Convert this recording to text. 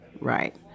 Right